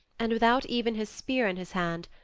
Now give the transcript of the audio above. and without even his spear in his hand,